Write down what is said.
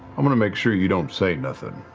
i'm going to make sure you don't say nothing.